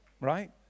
Right